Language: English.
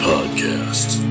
Podcast